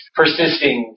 persisting